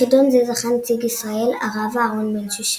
בחידון זה זכה נציג ישראל הרב אהרן בן שושן.